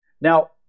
Now